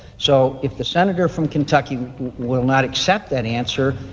so if the senator from kentucky will not accept that answer,